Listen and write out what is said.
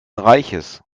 reiches